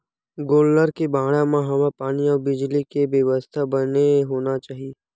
गोल्लर के बाड़ा म हवा पानी अउ बिजली के बेवस्था बने होना चाही